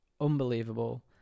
unbelievable